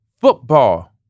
football